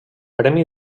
premi